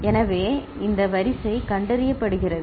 எனவே இந்த வரிசை கண்டறியப்படுகிறது